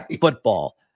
football